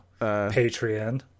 patreon